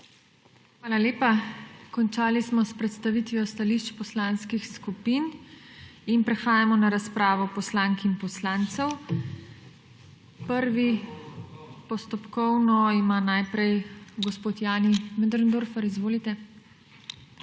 Hvala lepa. Končali smo s predstavitvijo stališč poslanskih skupin. Prehajamo na razpravo poslank in poslancev. Postopkovno ima najprej gospod Jani Möderndorfer. **JANI